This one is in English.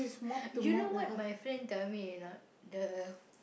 you know what my friend tell me or not the